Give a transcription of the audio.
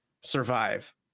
survive